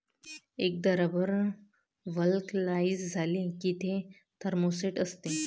एकदा rubber vulcanise झाले की ते थर्मोसेट असते